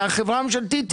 והחברה הממשלתית 100% ביצוע.